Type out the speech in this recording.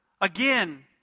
Again